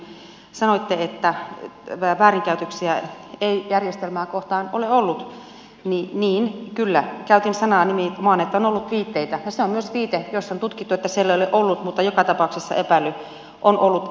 ensinnäkin edustaja tynkkynen kun sanoitte että väärinkäytöksiä ei järjestelmää kohtaan ole ollut niin käytin sanoja on ollut viitteitä ja se on myös viite jos on tutkittu että siellä ei ole ollut mutta joka tapauksessa epäily on ollut